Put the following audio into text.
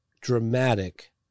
dramatic